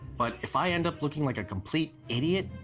but if i end up looking like a complete idiot,